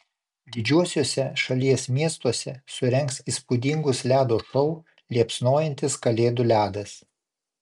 didžiuosiuose šalies miestuose surengs įspūdingus ledo šou liepsnojantis kalėdų ledas